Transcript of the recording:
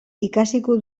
ikasiko